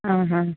ಹಾಂ ಹಾಂ